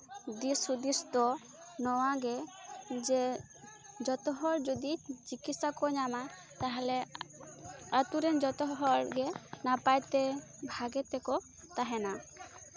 ᱫᱤᱥ ᱦᱩᱫᱤᱥ ᱫᱚ ᱱᱚᱣᱟᱜᱮ ᱡᱮ ᱡᱚᱛᱚ ᱦᱚᱲ ᱡᱩᱫᱤ ᱪᱤᱠᱤᱛᱥᱟ ᱠᱚ ᱧᱟᱢᱟ ᱛᱟᱦᱞᱮ ᱟᱹᱛᱩ ᱨᱮᱱ ᱡᱚᱛᱚ ᱦᱚᱲᱜᱮ ᱱᱟᱯᱟᱭ ᱛᱮ ᱵᱷᱟᱜᱮ ᱛᱮᱠᱚ ᱛᱟᱦᱮᱸᱱᱟ